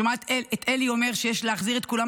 אני שומעת את אלי אומר שיש להחזיר את כולם,